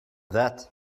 that